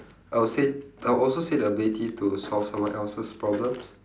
I would say I will also say the ability to solve someone else's problems